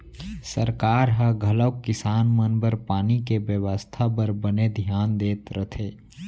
सरकार ह घलौक किसान मन बर पानी के बेवस्था बर बने धियान देत रथे